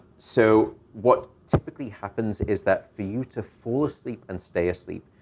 so what typically happens is that, for you to fall asleep and stay asleep,